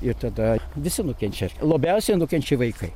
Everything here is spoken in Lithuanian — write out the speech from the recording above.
ir tada visi nukenčia labiausiai nukenčia vaikai